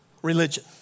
Religion